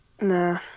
Nah